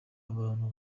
abantu